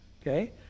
Okay